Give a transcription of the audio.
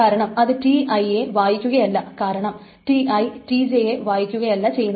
കാരണം അത് Ti യെ വായിക്കുകയല്ല കാരണം Ti Tj യെ വായിക്കുകയല്ല ചെയ്യുന്നത്